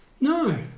No